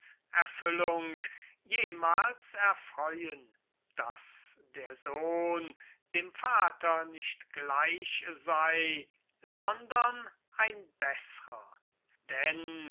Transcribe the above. erfüllung jemals erfreuen daß der sohn dem vater nicht gleich sei sondern ein beßrer denn